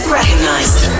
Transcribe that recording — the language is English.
recognized